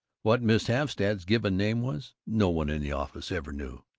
what miss havstad's given name was, no one in the office ever knew.